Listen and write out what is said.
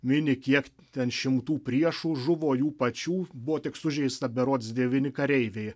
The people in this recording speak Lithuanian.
mini kiek ten šimtų priešų žuvo jų pačių buvo tik sužeista berods devyni kareiviai